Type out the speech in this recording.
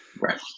Right